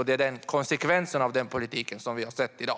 Det är konsekvensen av den politik som vi ser i dag.